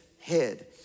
head